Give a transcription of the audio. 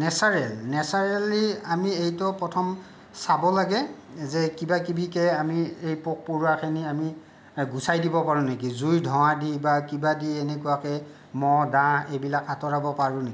natural naturally আমি এইটো প্ৰথমে চাব লাগে যে কিবাকিবিকে আমি এই পোক পৰুৱাখিনি আমি গুছাই দিব পাৰোঁ নেকি জুইৰ ধোঁৱা দি বা কিবা দি এনেকুৱাকৈ মহ ডাঁহ এইবিলাক আঁতৰাব পাৰোঁ নেকি